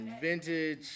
Vintage